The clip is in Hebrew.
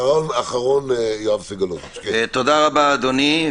תודה, אדוני.